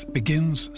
begins